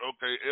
Okay